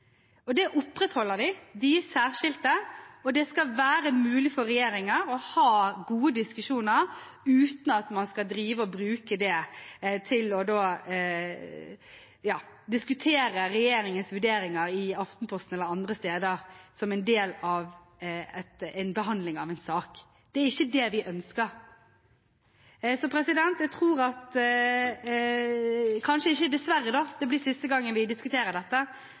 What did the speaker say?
uten at man skal bruke dem til å diskutere regjeringens vurderinger i Aftenposten eller andre steder som en del av en behandling av en sak. Det er ikke det vi ønsker. Jeg tror kanskje, dessverre, ikke det er første gang vi diskuterer dette.